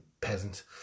peasant